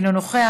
אינו נוכח,